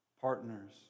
Partners